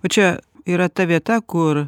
o čia yra ta vieta kur